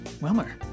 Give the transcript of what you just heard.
Wilmer